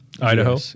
Idaho